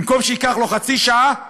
במקום שייקח לו חצי שעה,